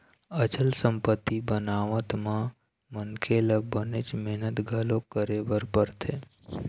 अचल संपत्ति बनावत म मनखे ल बनेच मेहनत घलोक करे बर परथे